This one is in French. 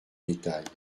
détails